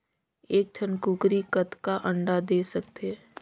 एक ठन कूकरी कतका अंडा दे सकथे?